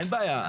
אין בעיה,